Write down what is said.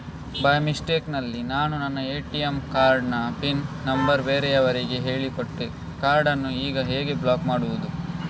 By mistake ನಲ್ಲಿ ನಾನು ನನ್ನ ಎ.ಟಿ.ಎಂ ಕಾರ್ಡ್ ನ ಪಿನ್ ನಂಬರ್ ಬೇರೆಯವರಿಗೆ ಹೇಳಿಕೊಟ್ಟೆ ಕಾರ್ಡನ್ನು ಈಗ ಹೇಗೆ ಬ್ಲಾಕ್ ಮಾಡುವುದು?